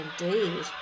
indeed